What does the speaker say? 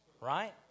right